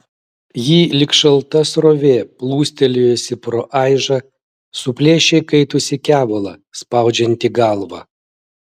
ji lyg šalta srovė plūstelėjusi pro aižą suplėšė įkaitusį kevalą spaudžiantį galvą